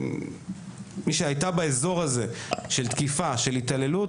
מי שהייתה באזור של תקיפה ושל התעללות,